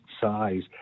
size